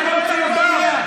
לא מתבייש.